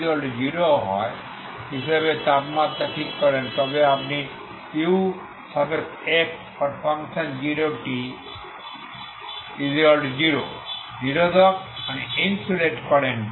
আপনি u0t0 হিসাবে তাপমাত্রা ঠিক করেন অথবা আপনি ux0t0 নিরোধক করেন